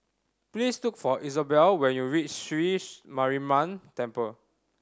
please look for Isobel when you reach Sri Mariamman Temple